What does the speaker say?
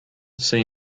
see